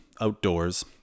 outdoors